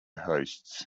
hosts